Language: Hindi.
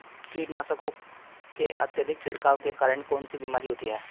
कीटनाशकों के अत्यधिक छिड़काव के कारण कौन सी बीमारी होती है?